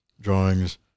drawings